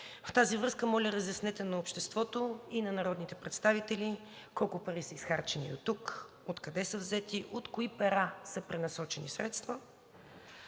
средства. Моля, разяснете на обществото и на народните представители: колко пари са изхарчени дотук; откъде са взети; от кои пера са пренасочени средства